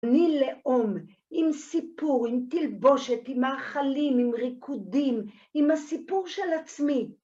אני לאום, עם סיפור, עם תלבושת, עם מאכלים, עם ריקודים, עם הסיפור של עצמי.